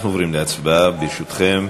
אנחנו עוברים להצבעה, ברשותכם.